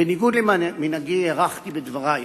בניגוד למנהגי הארכתי בדברי,